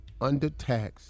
undertaxed